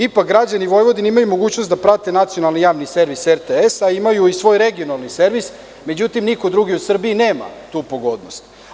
Ipak građani Vojvodine imaju mogućnost da prate Nacionalni javni servis RTS, a imaju i svoj regionalni servis, međutim niko drugi u Srbiji nema tu pogodnost.